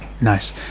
Nice